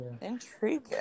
Intriguing